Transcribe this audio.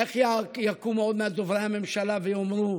איך יקומו עוד מעט דוברי הממשלה ויאמרו?